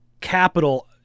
capital